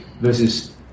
versus